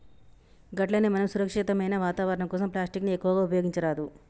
గట్లనే మనం సురక్షితమైన వాతావరణం కోసం ప్లాస్టిక్ ని ఎక్కువగా ఉపయోగించరాదు